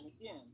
again